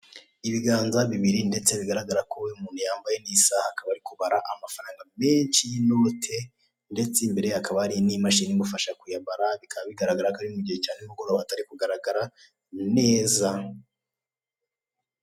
Ibiganza bibiri ndetse bigaragara ko uyu muntu yambaye isaha akaba ari kubara amafaranga menshi y'inote, ndetse imbere ye hakaba hari n'imashini imufasha kuyabara, bikaba bigaragara ko ari mu gihe cya nimugoroba atarimo kugaragara neza.